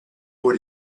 what